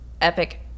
Epic